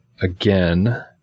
again